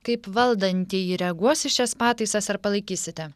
kaip valdantieji reaguos į šias pataisas ar palaikysite